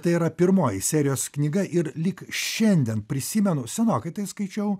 tai yra pirmoji serijos knyga ir lyg šiandien prisimenu senokai tai skaičiau